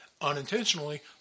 unintentionally